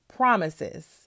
promises